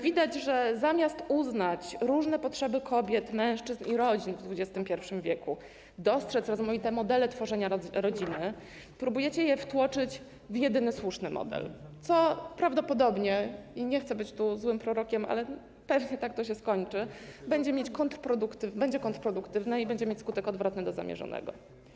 Widać, że zamiast uznać różne potrzeby kobiet, mężczyzn i rodzin w XXI w., dostrzec rozmaite modele tworzenia rodziny, próbujecie je wtłoczyć w jedyny słuszny model, co prawdopodobnie - nie chcę być tu złym prorokiem, ale pewnie tak to się skończy - będzie kontrproduktywne, będzie mieć skutek odwrotny do zamierzonego.